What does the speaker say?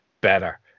better